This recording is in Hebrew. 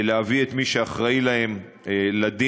להביא את מי שאחראי להן לדין.